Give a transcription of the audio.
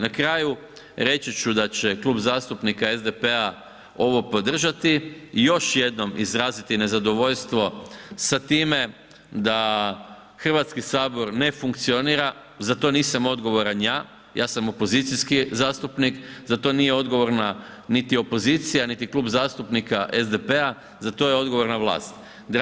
Na kraju, reći ću da će Klub zastupnika SDP-a ovo podržati i još jednom izraziti nezadovoljstvo sa time da Hrvatski sabor ne funkcionira, za to nisam odgovoran ja, ja sam opozicijski zastupnik, za to nije odgovorna niti opozicija niti Klub zastupnika SDP-a, za to je odgovorna vlast.